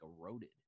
eroded